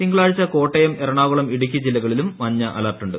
തിങ്കളാഴ്ച കോട്ടയം എറണാകുളം ഇടുക്കി ജില്ലകളിലും മഞ്ഞ അലർട്ടുണ്ട്